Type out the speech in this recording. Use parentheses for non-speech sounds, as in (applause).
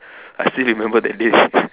I still remember that day (laughs)